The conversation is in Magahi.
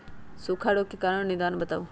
सूखा रोग के कारण और निदान बताऊ?